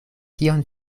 kion